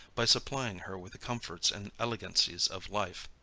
by supplying her with the comforts and elegancies of life.